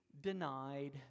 denied